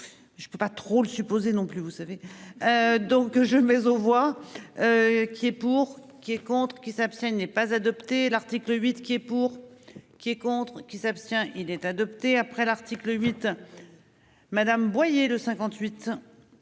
Je ne peux pas trop le supposé non plus vous savez. Donc je mais on voit. Qu'il est pour. Qui est contre qui s'abstiennent n'est pas adopté l'article 8 qui est pour. Qui est contre qui s'abstient-il être adopté après l'article 8. Madame Boyer de 58.